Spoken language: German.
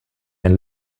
ein